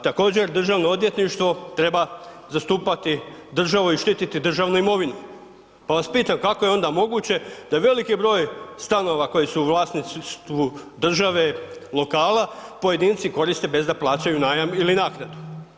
Također državno odvjetništvo treba zastupati državu i štititi državnu imovinu, pa vas pitam kako je onda moguće da veliki broj stanova koji su u vlasništvu države lokala pojedinci koriste bez da plaćaju najam ili naknadu?